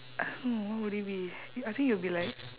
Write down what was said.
uh hmm what would it be I think it would be like